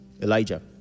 Elijah